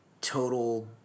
total